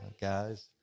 guys